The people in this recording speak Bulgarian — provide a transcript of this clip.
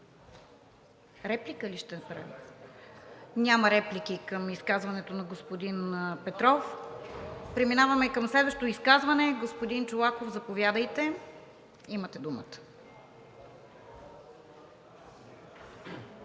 Реплика ли ще направите? Няма реплики към изказването на господин Петров. Преминаваме към следващо изказване. Господин Чолаков, заповядайте – имате думата.